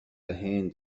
هند